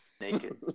Naked